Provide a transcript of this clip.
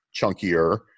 chunkier